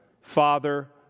Father